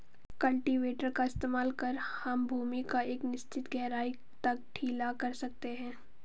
cultivator का इस्तेमाल कर हम भूमि को एक निश्चित गहराई तक ढीला कर सकते हैं